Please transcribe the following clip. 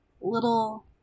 little